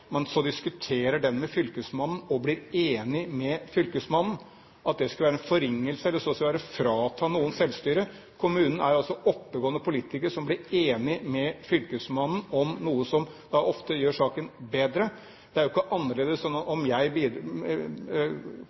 forringelse eller så å si være å frata noen selvstyret. Kommunen har oppegående politikere som blir enig med fylkesmannen om noe som ofte gjør saken bedre. Det er jo ikke annerledes enn om jeg